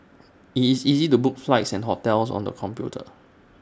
IT is easy to book flights and hotels on the computer